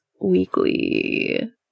weekly